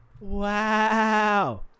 Wow